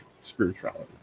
spirituality